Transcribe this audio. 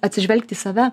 atsižvelgt į save